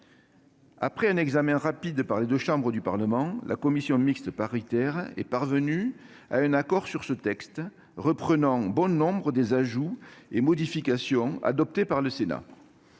Après un examen rapide par les deux chambres du Parlement, la commission mixte paritaire est parvenue à un accord sur ce texte, reprenant bon nombre des ajouts et modifications adoptés par le Sénat.